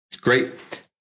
Great